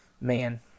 man